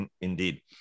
Indeed